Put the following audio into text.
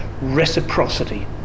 reciprocity